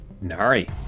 Nari